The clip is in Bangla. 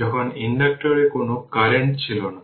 যখন ইন্ডাক্টরে কোনও কারেন্ট ছিল না